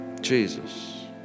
Jesus